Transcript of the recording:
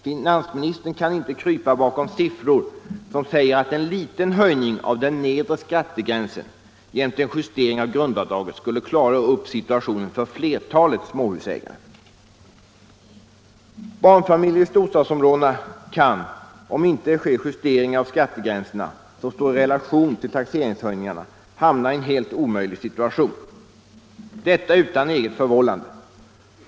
Finansministern kan inte krypa bakom siffror som säger att en liten höjning av den nedre skattegränsen jämte en justering av grundavdraget skulle klara upp situationen för flertalet småhusägare. Barnfamiljer i storstadsområdena kan om det inte sker justeringar av skattegränserna, som står i relation till taxeringshöjningarna, hamna i en helt omöjlig situation, och detta utan eget förvållande.